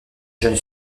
jeune